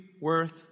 worth